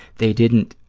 they didn't